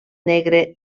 negre